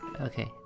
Okay